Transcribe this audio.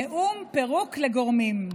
נאום פירוק לגורמים.